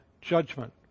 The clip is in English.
judgment